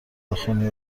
بخونی